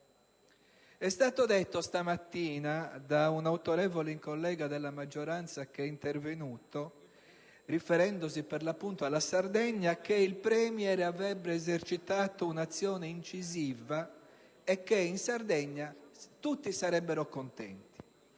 È stato detto stamattina da un autorevole collega della maggioranza, riferendosi alla Sardegna, che il Premier avrebbe esercitato un'azione incisiva e che in Sardegna tutti sarebbero contenti.